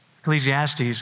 Ecclesiastes